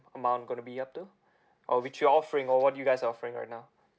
amount gonna be up to or which you're offering or what you guys are offering right now